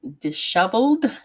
disheveled